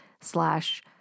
slash